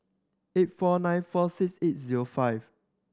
eight four nine four six eight zero five